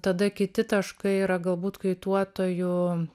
tada kiti taškai yra galbūt kaituotojų